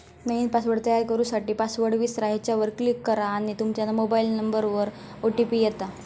नईन पासवर्ड तयार करू साठी, पासवर्ड विसरा ह्येच्यावर क्लीक करा आणि तूमच्या मोबाइल नंबरवर ओ.टी.पी येता